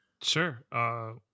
Sure